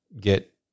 get